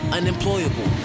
unemployable